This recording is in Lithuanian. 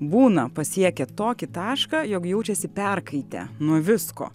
būna pasiekę tokį tašką jog jaučiasi perkaitę nuo visko